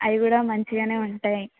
అవి కూడా మంచిగానే ఉంటాయి